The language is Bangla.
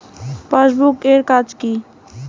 পাশবুক এর কাজ কি?